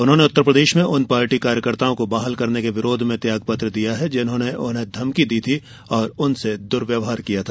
उन्होंने उत्तर प्रदेश में उन पार्टी कार्यकर्ताओं को बहाल करने के विरोध में त्यागपत्र दिया है जिन्होंने उन्हे धमकी दी थी और उनसे दुर्व्यवहार किया था